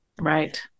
Right